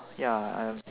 ya I